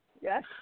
Yes